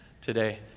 today